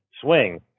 swing